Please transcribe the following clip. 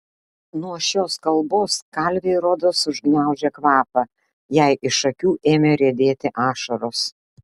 nuo šios kalbos kalvei rodos užgniaužė kvapą jai iš akių ėmė riedėti ašaros